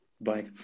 Bye